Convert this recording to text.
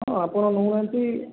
ହଁ ଆପଣ ନେଉନାହାନ୍ତି